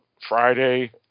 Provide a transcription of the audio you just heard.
Friday